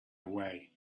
away